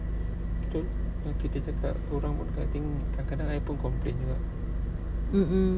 betul kita cakap orang pun I think kadang-kadang I pun complain juga